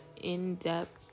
in-depth